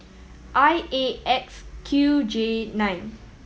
I A X Q J nine